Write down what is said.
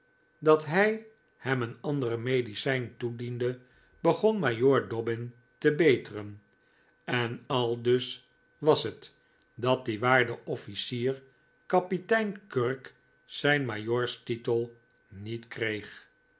dat hij hem een andere medicijn toediende begon majoor dobbin te beteren en aldus was het dat die waarde offlcier kapitein kirk zijn majoorstitel niet kreeg